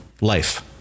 life